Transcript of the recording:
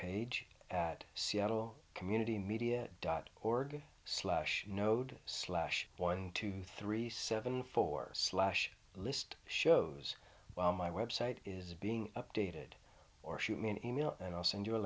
page at seattle community media dot org slash node slash one two three seven four slash list shows well my website is being updated or shoot me an email and i'll send you a